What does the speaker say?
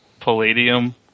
Palladium